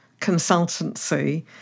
consultancy